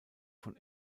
von